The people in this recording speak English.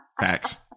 Facts